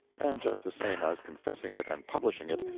and just the same as confessing it and publishing it,